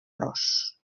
los